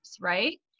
right